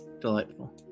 Delightful